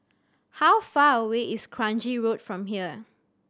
how far away is Kranji Road from here